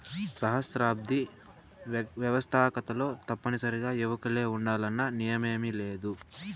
సహస్రాబ్ది వ్యవస్తాకతలో తప్పనిసరిగా యువకులే ఉండాలన్న నియమేమీలేదు